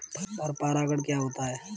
पर परागण क्या होता है?